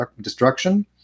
Destruction